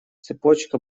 цепочка